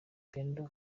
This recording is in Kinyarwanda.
pendo